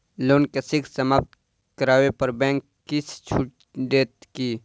loan केँ शीघ्र समाप्त करै पर बैंक किछ छुट देत की